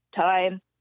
time